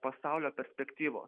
pasaulio perspektyvo